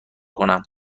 کنم